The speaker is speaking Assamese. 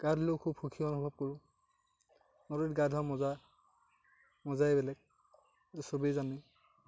গা ধুলেও বহুত সুখী অনুভৱ কৰোঁ নদীত গা ধুৱাৰ মজাই বেলেগ সেইটো সবেই জানে